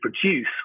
produce